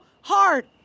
hard